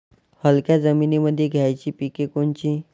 हलक्या जमीनीमंदी घ्यायची पिके कोनची?